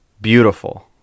Beautiful